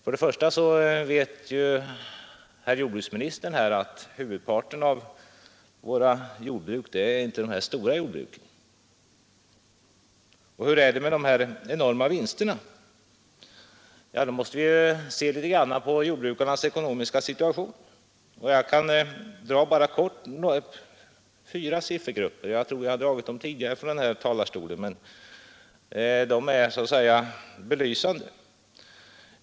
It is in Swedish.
Ja, herr jordbruksministern vet ju att huvudparten av våra jordbruk inte är de stora jordbruken. Och hur är det med de enorma vinsterna? Då måste vi se litet på jordbrukarnas ekonomiska situation. Jag kan bara helt kort dra fyra siffergrupper — jag har tidigare nämnt dem från denna talarstol, men de är belysande.